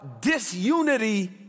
disunity